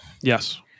Yes